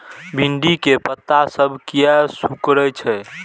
भिंडी के पत्ता सब किया सुकूरे छे?